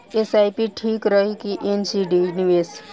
SIP ठीक रही कि एन.सी.डी निवेश?